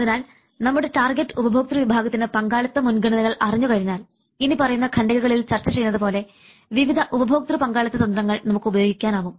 അതിനാൽ നമ്മുടെ ടാർഗറ്റ് ഉപഭോക്തൃ വിഭാഗത്തിൻറെ പങ്കാളിത്ത മുൻഗണനകൾ അറിഞ്ഞു കഴിഞ്ഞാൽ ഇനി പറയുന്ന ഖണ്ഡികകളിൽ ചർച്ച ചെയ്യുന്നത് പോലെ വിവിധ ഉപഭോക്തൃ പങ്കാളിത്ത തന്ത്രങ്ങൾ നമുക്ക് ഉപയോഗിക്കാനാവും